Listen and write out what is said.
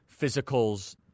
physicals